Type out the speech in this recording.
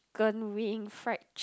~ken wing fried chic~